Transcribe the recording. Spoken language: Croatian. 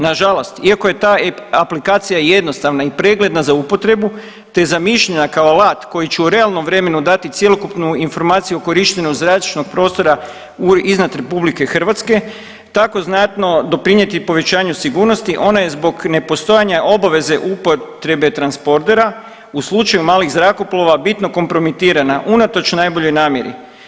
Nažalost, iako je ta aplikacija jednostavna i pregledna za upotrebu te zamišljena kao alat koji će u realnom vremenu dati cjelokupnu informaciju o korištenju zračnog prostora iznad RH tako znatno doprinijeti i povećanju sigurnosti ona je zbog nepostojanja obaveze upotrebe transpordera u slučaju malih zrakoplova bitno kompromitirana unatoč najboljoj namjeri.